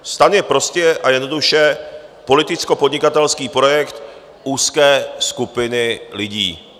STAN je prostě a jednoduše politickopodnikatelský projekt úzké skupiny lidí.